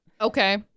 Okay